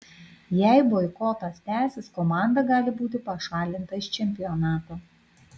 jei boikotas tęsis komanda gali būti pašalinta iš čempionato